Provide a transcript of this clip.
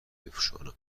بپوشانم